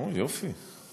אוה, יופי.